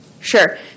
Sure